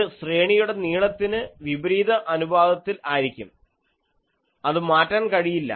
അത് ശ്രേണിയുടെ നീളത്തിന് വിപരീത അനുപാതത്തിൽ ആയിരിക്കും അത് മാറ്റാൻ കഴിയില്ല